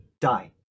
die